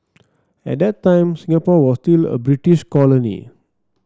at that time Singapore was still a British colony